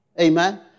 Amen